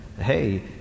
hey